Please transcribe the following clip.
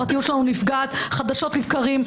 הפרטיות שלנו נפגעת חדשות לבקרים,